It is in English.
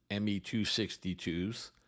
Me-262s